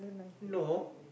no